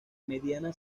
mediana